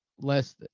less